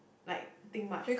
like think much